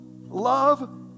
Love